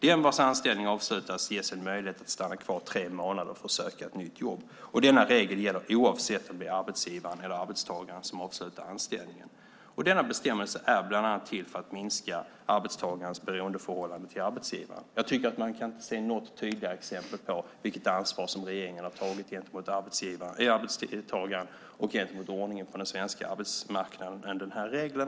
Den vars anställning avslutas ges en möjlighet att stanna kvar i tre månader för att söka ett nytt jobb, och denna regel gäller oavsett om det är arbetsgivaren eller arbetstagare som avslutar anställningen. Denna bestämmelse är bland annat till för att minska arbetstagarens beroendeförhållande till arbetsgivaren. Jag tycker inte att man se något tydligare exempel på vilket ansvar regeringen har tagit gentemot arbetstagaren och gentemot ordningen på den svenska arbetsmarknaden än den här regeln.